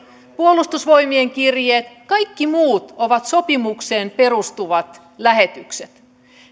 puolustusvoimien kirjeet kaikki muut ovat sopimukseen perustuvia lähetyksiä